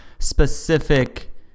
specific